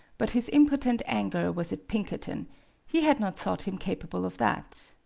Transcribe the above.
but his impotent anger was at pinkerton he had not thought him capable of that.